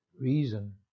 reason